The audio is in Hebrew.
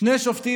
שני שופטים,